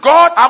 God